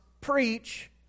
preach